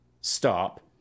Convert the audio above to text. stop